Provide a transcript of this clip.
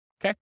Okay